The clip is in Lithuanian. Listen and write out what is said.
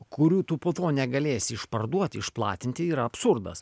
kurių tu po to negalėsi išparduoti išplatinti yra absurdas